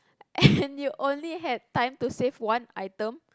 and you only had time to save one item